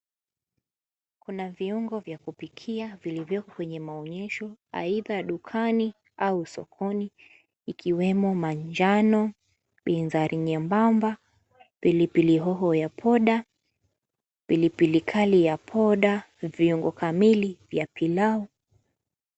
Kuna viungo vya kupikia vilivyoko kwenye maonyesho aidha dukani au sokoni ikiwemo manjano, bizari nyembamba, pilipili hoho ya poda, pilipili kali ya poda na viungo kamili vya pilau.